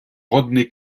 rodney